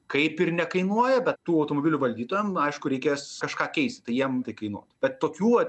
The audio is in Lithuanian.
kaip ir nekainuoja bet tų automobilių valdytojam aišku reikės kažką keist tai jiem tai kainuotų bet tokių